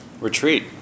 retreat